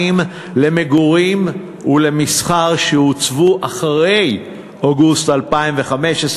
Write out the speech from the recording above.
למגורים ולמסחר שהוצבו אחרי אוגוסט 2005,